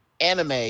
anime